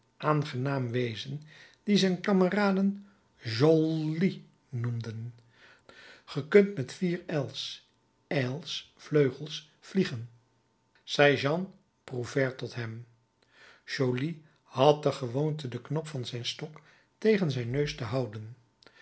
aangenaam wezen dien zijn kameraden jollllly noemden ge kunt met vier l ailes vleugels vliegen zei jean prouvaire tot hem joly had de gewoonte den knop van zijn stok tegen zijn neus te houden